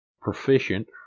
proficient